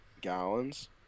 gallons